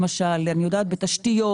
למשל בתשתיות,